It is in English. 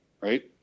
Right